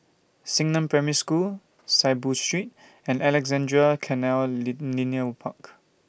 Xingnan Primary School Saiboo Street and Alexandra Canal Linear Park